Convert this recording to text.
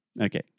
Okay